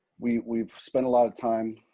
we've we've spent a lot of time